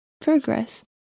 progress